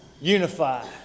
unify